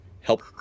help